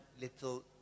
little